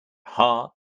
heart